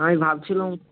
আমি ভাবছিলাম